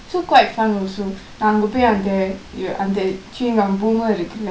so quite fun also நான் அங்க போய் அந்த அந்த:naan angka poi andtha andtha chewingk gum boomer இருக்குல:irukkula